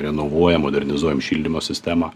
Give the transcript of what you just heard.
renovuojam modernizuojam šildymo sistemą